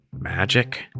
Magic